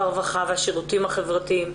הרווחה והשירותים החברתיים,